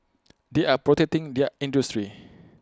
they are protecting their industry